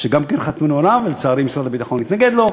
שגם חתמו עליה, ולצערי משרד הביטחון מתנגד לה,